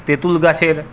তেঁতুলগাছের